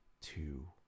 two